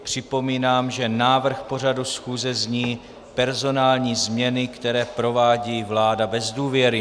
Připomínám, že návrh pořadu schůze zní Personální změny, které provádí vláda bez důvěry.